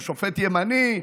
הוא שופט ימני,